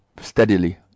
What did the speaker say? steadily